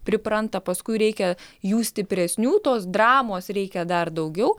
pripranta paskui reikia jų stipresnių tos dramos reikia dar daugiau